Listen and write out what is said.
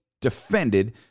defended